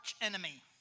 enemy